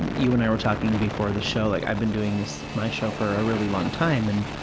you and i were talking before the show, like i've been doing this, my show for a really long time and,